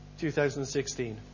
2016